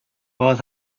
what